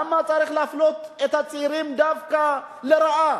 למה צריך להפלות את הצעירים דווקא לרעה?